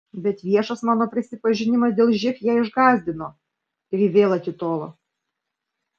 bet viešas mano prisipažinimas dėl živ ją išgąsdino ir ji vėl atitolo